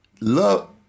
love